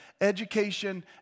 education